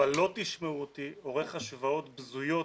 אבל לא תשמעו אותי עורך השוואות בזויות